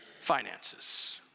finances